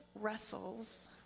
wrestles